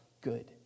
good